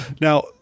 Now